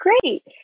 great